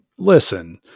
Listen